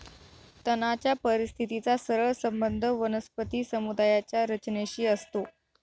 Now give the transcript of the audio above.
तणाच्या परिस्थितीचा सरळ संबंध वनस्पती समुदायाच्या रचनेशी असतो